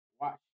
watch